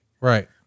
Right